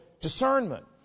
discernment